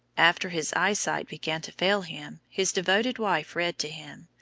after his eyesight began to fail him, his devoted wife read to him,